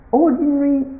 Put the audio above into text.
ordinary